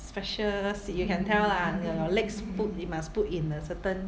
special seat you can tell lah the your legs put you must put in a certain